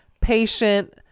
Patient